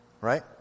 Right